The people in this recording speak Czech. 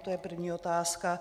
To je první otázka.